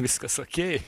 viskas okei